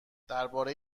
درباره